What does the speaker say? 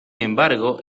embargo